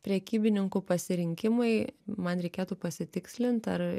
prekybininkų pasirinkimai man reikėtų pasitikslint ar